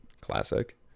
Classic